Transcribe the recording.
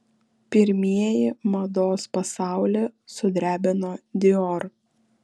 pirmieji mados pasaulį sudrebino dior